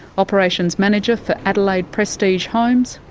operations manager for adelaide prestige homes,